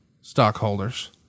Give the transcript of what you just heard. stockholders